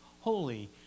holy